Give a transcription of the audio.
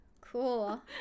Cool